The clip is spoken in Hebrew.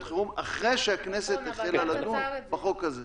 חירום התחיל אחרי שהכנסת החלה לדון בחוק הזה.